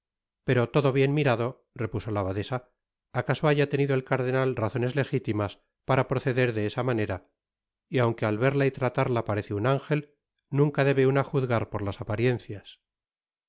pero todo bien mirado repuso la abadesa acaso haya tenido el cardenal razones legitimas para proceder d esa manera y aunque al verla y tratarla parece un ángel nunca debe una juzgar por las apariencias